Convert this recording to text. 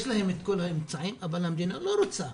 יש להם את כל האמצעים אבל המדינה לא רוצה.